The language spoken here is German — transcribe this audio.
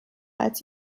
als